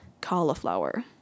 cauliflower